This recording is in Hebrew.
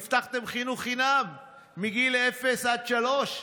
הבטחתם חינוך חינם מגיל אפס עד שלוש.